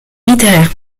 littéraires